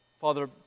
Father